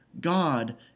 God